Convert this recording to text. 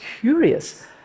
curious